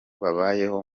babayeho